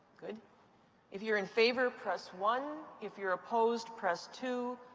good if you're in favor, press one. if you're opposed, press two.